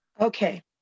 okay